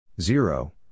zero